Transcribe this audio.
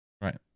Right